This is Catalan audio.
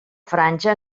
franja